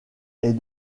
est